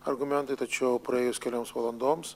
argumentai tačiau praėjus kelioms valandoms